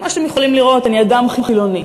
כמו שאתם יכולים לראות, אני אדם חילוני.